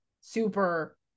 super